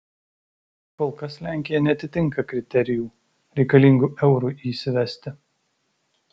kol kas lenkija neatitinka kriterijų reikalingų eurui įsivesti